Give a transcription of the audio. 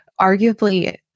arguably